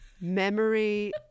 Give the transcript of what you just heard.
memory